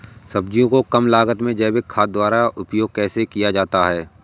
सब्जियों को कम लागत में जैविक खाद द्वारा उपयोग कैसे किया जाता है?